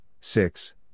six